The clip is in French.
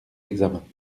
examens